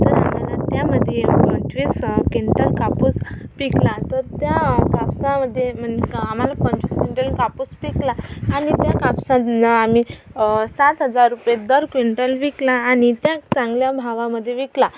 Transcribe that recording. तर आम्हाला त्यामध्ये पंचवीस किंटल कापूस पिकला तर त्या कापसामध्ये म आम्हाला पंचवीस किंटल कापूस पिकला आणि त्या कापसांना आम्ही सात हजार रुपये दर क्विंटल विकला आणि त्या चांगल्या भावामध्ये विकला